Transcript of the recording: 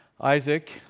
Isaac